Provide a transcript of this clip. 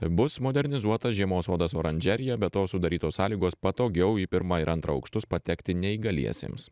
bus modernizuotas žiemos sodas oranžerija be to sudarytos sąlygos patogiau į pirmą ir antrą aukštus patekti neįgaliesiems